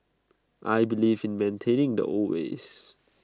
I believe in maintaining the old ways